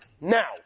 now